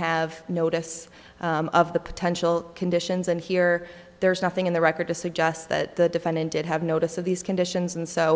have notice of the potential conditions and here there is nothing in the record to suggest that the defendant did have notice of these conditions and so